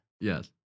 Yes